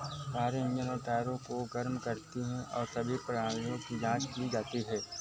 car engine और टायरों को गर्म करती हैं और सभी प्रणालियों की जाँच की जाती है